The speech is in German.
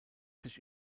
sich